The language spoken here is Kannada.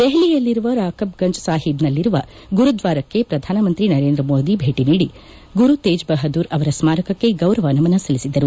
ದೆಹಲಿಯಲ್ಲಿರುವ ರಾಕಬ್ ಗಂಜ್ ಸಾಹೀಬ್ನಲ್ಲಿರುವ ಗುರುದ್ಲಾರಕ್ಕೆ ಪ್ರಧಾನಮಂತ್ರಿ ನರೇಂದ್ರ ಮೋದಿ ಭೇಟಿ ನೀಡಿ ಗುರುತೇಜ್ ಬಹದ್ಗೂರ್ ಅವರ ಸ್ಟಾರಕಕ್ಕೆ ಗೌರವ ನಮನ ಸಲ್ಲಿಸಿದರು